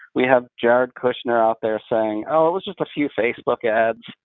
we have jared kushner out there saying, oh it was just a few facebook ads.